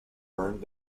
burned